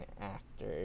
actor